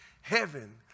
heaven